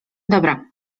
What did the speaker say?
dobra